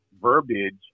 verbiage